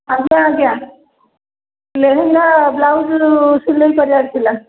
ଆଜ୍ଞା ଆଜ୍ଞା ଲେହେଙ୍ଗା ବ୍ଲାଉଜ୍ ସିଲେଇ କରିବାର ଥିଲା